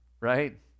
Right